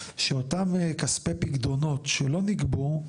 שאותם כספי פיקדונות שלא ניגבו,